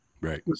Right